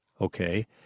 Okay